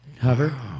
Hover